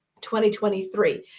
2023